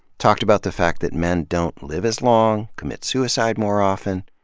talked about the fact that men don't live as long, commit suicide more often,